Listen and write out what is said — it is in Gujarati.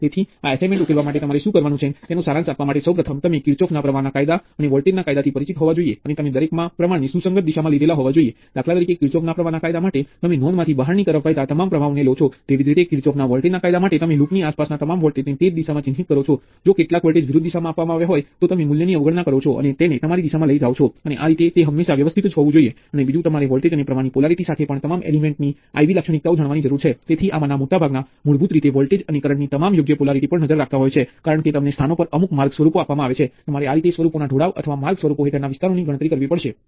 તેથી આપણે અત્યાર સુધી શું શીખ્યા છે વોલ્ટેજ સ્ત્રોતોનું સીરિઝ બદ્ધ જોડાણ વોલ્ટેજ સ્ત્રોત તરીકે વર્તે છે અને વોલ્ટેજ સ્ત્રોત નું મૂલ્ય એ વ્યક્તિગત વોલ્ટેજ સ્ત્રોત નો સરવાળો છે અલબત્ત તમારે વોલ્ટેજ નો સરવાળો કરવો પડશે